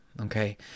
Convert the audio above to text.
Okay